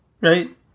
right